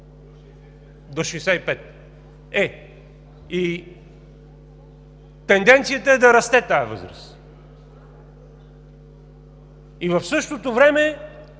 До 65. Е?! Тенденцията е да расте тази възраст. В същото време